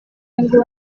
ngo